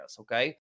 okay